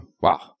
wow